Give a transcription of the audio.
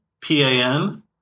P-A-N